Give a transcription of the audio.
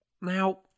Now